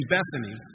Bethany